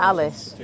Alice